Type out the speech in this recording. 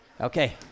Okay